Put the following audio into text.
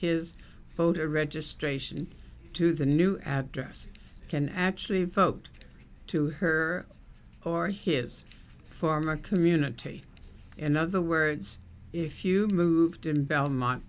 his voter registration to the new address can actually vote to her or his former community in other words if you moved in belmont